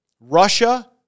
Russia